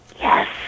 Yes